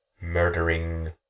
murdering